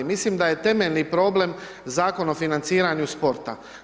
Mislim da je temeljni problem Zakon o financiranju sporta.